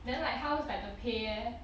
then like how's like the pay leh